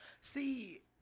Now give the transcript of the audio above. See